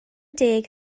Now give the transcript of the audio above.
deg